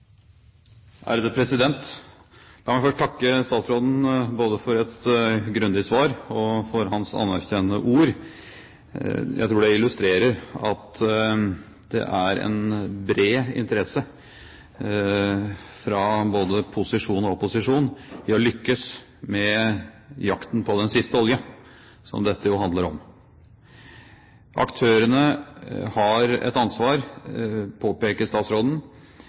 til behandling. La meg først takke statsråden både for et grundig svar og for hans anerkjennende ord. Jeg tror det illustrerer at det er en bred interesse fra både posisjon og opposisjon i å lykkes med jakten på den siste olje, som dette jo handler om. Aktørene har et ansvar, påpeker statsråden.